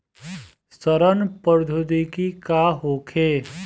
सड़न प्रधौगिकी का होखे?